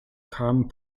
kam